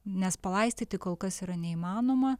nes palaistyti kol kas yra neįmanoma